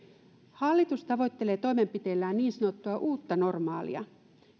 hallitus tavoittelee toimenpiteillään niin sanottua uutta normaalia